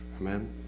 Amen